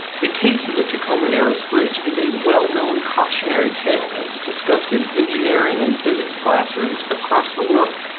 the case of the tacoma narrows bridge is a well-known cautionary tale that's discussed in engineering and physics classrooms across the world.